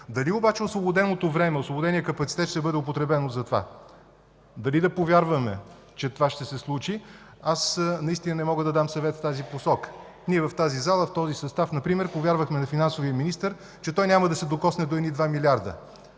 Дали обаче освободеното време, освободеният капацитет ще бъдат употребени за това, дали да повярваме, че това ще се случи – аз наистина не мога да дам съвет в тази посока. В залата например повярвахме на финансовия министър, че той няма да се докосне до едни 2 милиарда.